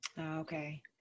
Okay